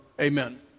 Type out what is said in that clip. Amen